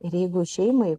ir jeigu šeimai